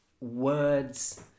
words